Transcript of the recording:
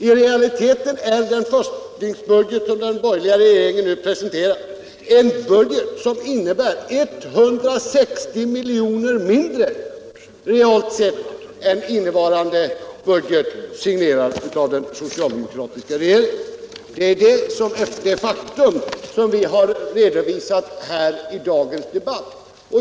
I realiteten är den budget som den borgerliga regeringen nu presenterat en budget som innebär 160 milj.kr. mindre till vägarna realt sett jämfört med det socialdemokratiska budgetalternativet. Det är detta faktum som vi har redovisat i dagens debatt.